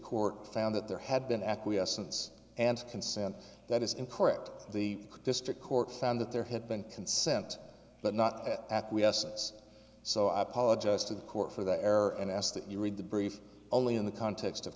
court found that there had been acquiescence and consent that is incorrect the district court found that there had been consent but not at we had sets so i apologize to the court for the air and asked that you read the brief only in the context of